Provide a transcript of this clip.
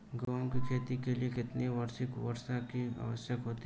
गेहूँ की खेती के लिए कितनी वार्षिक वर्षा की आवश्यकता होती है?